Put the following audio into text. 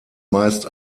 meist